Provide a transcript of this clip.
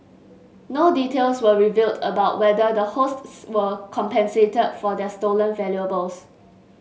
no details were revealed about whether the hosts were compensated for their stolen valuables